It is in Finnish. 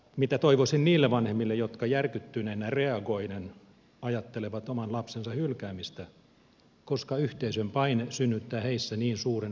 mitä toivoisin niille vanhemmille jotka järkyttyneenä reagoiden ajattelevat oman lapsensa hylkäämistä koska yhteisön paine synnyttää heissä niin suuren häpeäntunteen